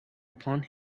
upon